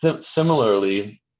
similarly